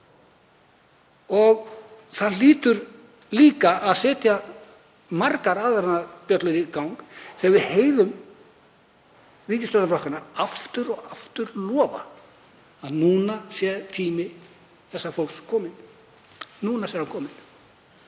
Það hlýtur líka að setja margar aðvörunarbjöllur í gang þegar við heyrum ríkisstjórnarflokkana aftur og aftur lofa að núna sé tími þessa fólks kominn, núna sé hann kominn.